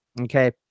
okay